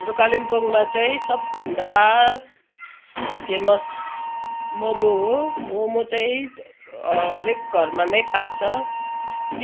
हाम्रो कालिम्पोङमा चाहिँ सबभन्दा फेमस मोमो हो मोमो चाहिँ हरेक घरमा नै पाक्छ